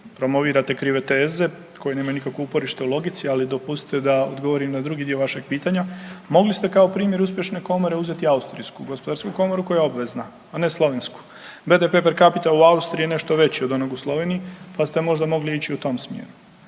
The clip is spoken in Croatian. promovirate krive teze koje nemaju nikakvo uporište u logici, ali dopustite da odgovorim na drugi dio vašeg pitanja. Mogli ste kao primjer uspješne komore uzeti austrijsku gospodarsku komoru koja je obvezna, a ne slovensku. GDP per capita u Austriji je nešto veći od onog u Sloveniji pa ste možda mogli ići u tom smjeru.